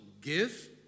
Give